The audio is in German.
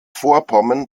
vorpommern